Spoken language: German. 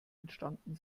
entstanden